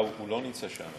אה, הוא לא נמצא שם.